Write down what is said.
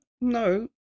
No